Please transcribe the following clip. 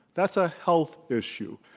that's a health issue.